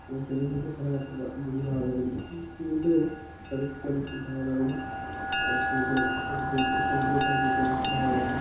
হ্যাঁ সুইমিং করতে সাঁতার কাটতে ব বেশি ভালো লাগে সমুদ্রে সাঁতার কাটতে আমার খুব ভালো লাগে না আর সমুদ্রে সমুদ্রে সমুদ্রে তারা যেতে আমার খুব ভালো লাগে না